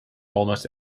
almost